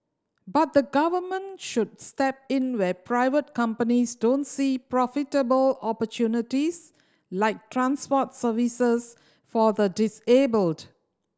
but the Government should step in where private companies don't see profitable opportunities like transport services for the disabled